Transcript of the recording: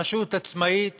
רשות עצמאית